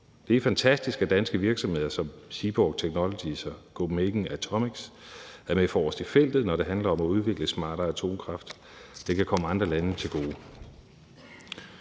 Det er fantastisk, at danske virksomheder som Seaborg Technologies og Copenhagen Atomics er med forrest i feltet, når det handler om at udvikle smartere atomkraft. Det kan komme andre lande til gode.